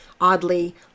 oddly